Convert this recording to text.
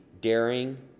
daring